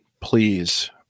please